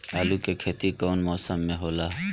आलू के खेती कउन मौसम में होला?